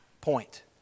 point